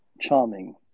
charming